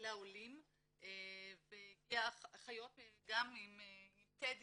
לעולים והגיעו אחיות עם טדי